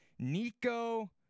Nico